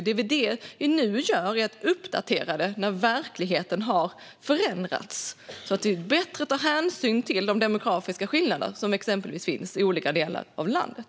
Det vi nu gör är att uppdatera det när verkligheten har förändrats, så att vi tar bättre hänsyn till exempelvis de demografiska skillnader som finns i olika delar av landet.